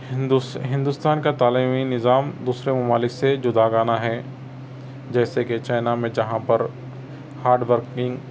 ہندوس ہندوستان کا تعلیمی نظام دوسرے ممالک سے جداگانہ ہیں جیسے کہ چائنا میں جہاں پر ہارڈ ورکنگ